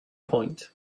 point